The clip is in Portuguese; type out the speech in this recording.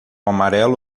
amarelo